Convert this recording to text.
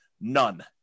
None